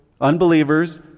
unbelievers